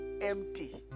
empty